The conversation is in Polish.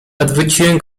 odwróciłem